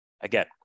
again